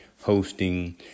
hosting